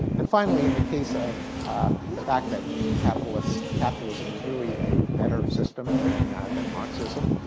and finally, in the case of the fact that capitalism capitalism is really a better system than than marxism,